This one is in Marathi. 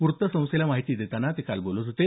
व्तत्तसंस्थेला माहिती देताना ते बोलत होते